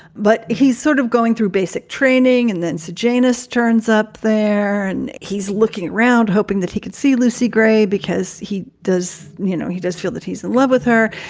but he's sort of going through basic training and then said janus turns up there and he's looking around hoping that he could see lucy gray because he does you know, he does feel that he's in love with her.